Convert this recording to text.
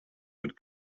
would